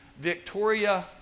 Victoria